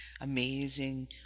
amazing